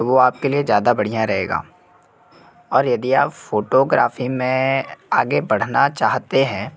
तो वो आपके लिए ज़्यादा बढ़िया रहेगा और यदि आप फ़ोटोग्राफ़ी में आगे बढ़ना चाहते हैं